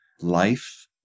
life